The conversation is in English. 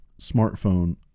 smartphone